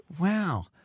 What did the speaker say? Wow